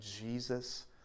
Jesus